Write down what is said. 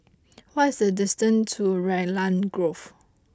what is the distance to Raglan Grove